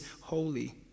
holy